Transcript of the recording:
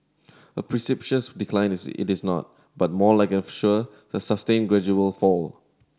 a decline is it is not but more like a sure the sustained gradual fall